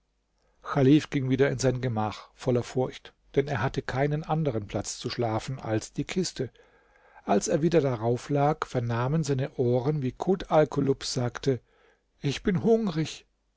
ging wieder in sein gemach voller furcht denn er hatte keinen anderen platz zu schlafen als die kiste als er wieder darauf lag vernahmen seine ohren wie kut alkulub sagte ich bin hungrig